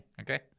okay